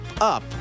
up